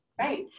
right